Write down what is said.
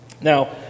Now